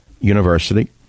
university